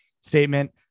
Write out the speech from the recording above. statement